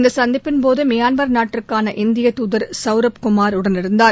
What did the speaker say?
இந்த சந்திப்பின் போது மியான்மர் நாட்டிற்கான இந்திய தூதர் சவூரப் குமார் உடனிருந்தார்